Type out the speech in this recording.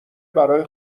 برای